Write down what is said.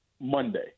Monday